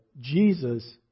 Jesus